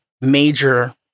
major